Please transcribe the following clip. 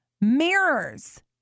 mirrors